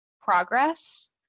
progress